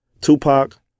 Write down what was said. Tupac